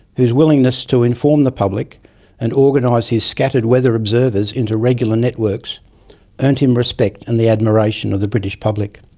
whose willingness to inform the public and organise his scattered weather observers into regular networks earned him respect and the admiration of the british public.